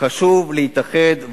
חשוב להתאחד.